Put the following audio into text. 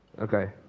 Okay